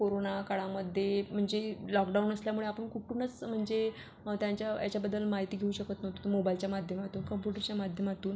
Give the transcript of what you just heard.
कोरोनाकाळामध्ये म्हणजे लॉकडाउन असल्यामुळे आपण कुठूनच म्हणजे त्यांच्या याच्याबद्दल माहिती घेऊ शकत नव्हतो मोबाईलच्या माध्यमातून कम्प्युटर्सच्या माध्यमातून